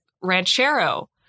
Ranchero